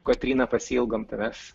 kotryna pasiilgom tavęs